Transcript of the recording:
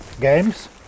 games